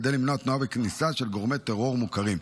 כדי למנוע תנועה וכניסה של גורמי טרור מוכרים.